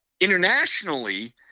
Internationally